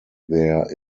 there